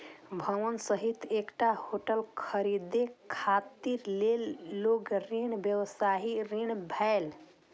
भवन सहित एकटा होटल खरीदै खातिर लेल गेल ऋण व्यवसायी ऋण भेलै